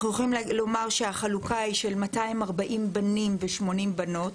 אנחנו יכולים לומר שהחלוקה היא של 240 בנים ו- 80 בנות.